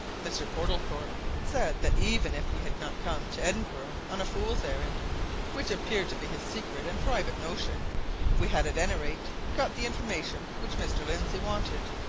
mr. portlethorpe said that even if we had not come to edinburgh on a fool's errand which appeared to be his secret and private notion we had at any rate got the information which mr. lindsey wanted,